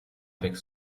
avec